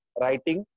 writing